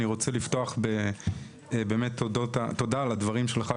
אני רוצה לפתוח באמת בתודה על הדברים שלך,